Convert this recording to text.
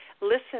listen